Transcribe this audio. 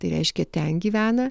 tai reiškia ten gyvena